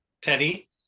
Teddy